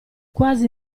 quasi